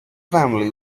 family